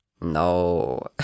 No